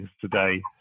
today